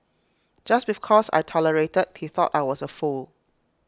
just because I tolerated he thought I was A fool